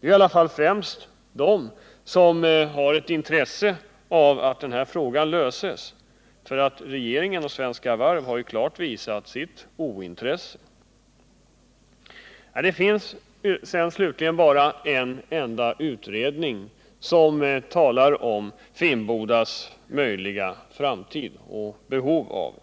Det är i alla fall främst de som har intresse av att frågan löses, för regeringen och Svenska Varv har ju klart visat sig ointresserade. Det finns slutligen bara en enda utredning som talar om Finnbodas möjliga framtid och behov.